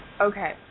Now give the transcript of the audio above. Okay